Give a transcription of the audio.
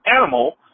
animal